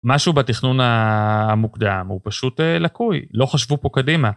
משהו בתכנון המוקדם, הוא פשוט לקוי, לא חשבו פה קדימה.